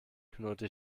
knurrte